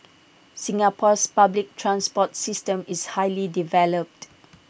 Singapore's public transport system is highly developed